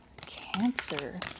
Cancer